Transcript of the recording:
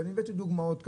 ואני הבאתי דוגמאות.